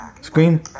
screen